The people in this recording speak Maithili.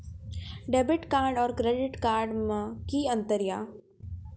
डेबिट कार्ड और क्रेडिट कार्ड मे कि अंतर या?